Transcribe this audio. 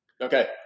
Okay